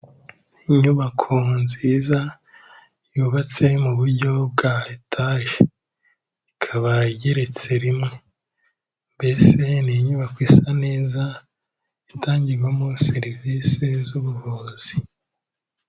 Inyubako nziza yubatse mu buryo bwa etage ikaba igeretse rimwe, mbese ni inyubako isa neza itangirwamo serivisi z'ubuvuzi.